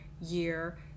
year